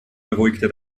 beruhigte